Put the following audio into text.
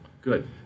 good